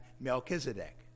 Melchizedek